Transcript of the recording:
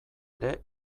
ere